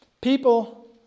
people